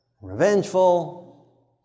revengeful